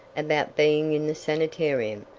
about being in the sanitarium,